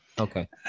Okay